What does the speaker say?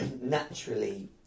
naturally